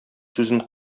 сүзен